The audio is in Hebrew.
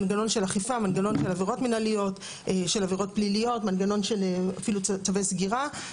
מנגנון של עבירות מינהליות ועבירות פליליות ומנגנון של צווי סגירה.